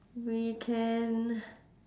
we can